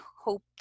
hope